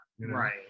Right